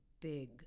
big